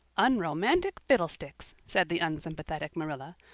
unromantic fiddlesticks! said the unsympathetic marilla.